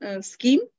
scheme